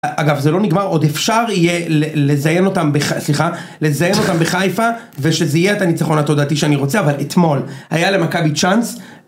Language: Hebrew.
אגב זה לא נגמר עוד אפשר יהיה לזיין אותם סליחה לזיין אותם בחיפה ושזה יהיה את הניצחון התודעתי שאני רוצה אבל אתמול היה למכבי צ'אנס